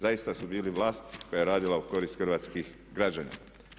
Zaista su bili vlast koja je radila u korist hrvatskih građana.